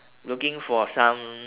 looking for some